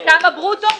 כמה ברוטו?